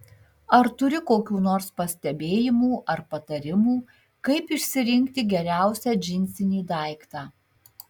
ar turi kokių nors pastebėjimų ar patarimų kaip išsirinkti geriausią džinsinį daiktą